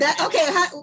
Okay